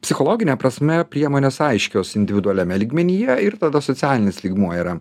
psichologine prasme priemonės aiškios individualiame lygmenyje ir tada socialinis lygmuo yra